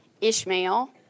Ishmael